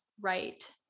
Right